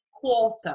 quarter